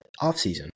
offseason